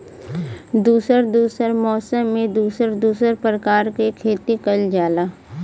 दुसर दुसर मौसम में दुसर दुसर परकार के खेती कइल जाला